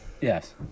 yes